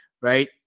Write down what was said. right